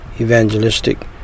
evangelistic